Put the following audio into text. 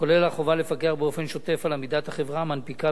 כולל החובה לפקח באופן שוטף על עמידת החברה המנפיקה